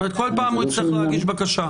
כלומר, כל פעם הוא צריך להגיש בקשה,